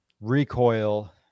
recoil